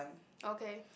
okay